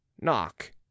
Knock